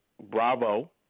bravo